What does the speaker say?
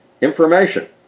information